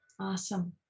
Awesome